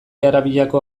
arabiako